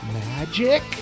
magic